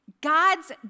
God's